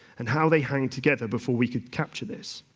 and how they hang together before we could capture this.